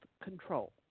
control